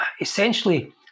essentially